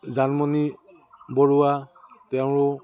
জানমণি বৰুৱা তেওঁৰ